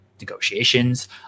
negotiations